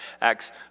Acts